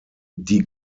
die